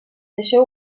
deixeu